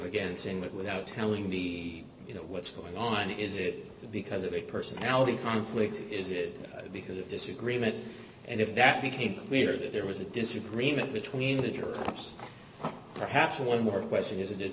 against him without telling d you know what's going on is it because of a personality conflict is it because of disagreement and if that became clear that there was a disagreement between the cops perhaps one more question isn't it